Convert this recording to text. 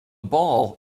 ball